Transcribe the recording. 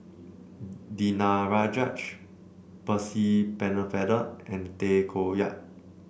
Danaraj Percy Pennefather and Tay Koh Yat